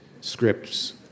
scripts